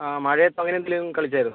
ആ മഴയത്ത് അങ്ങനെ എന്തെങ്കിലും കളിച്ചിരുന്നോ